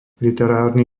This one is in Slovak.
literárny